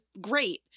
great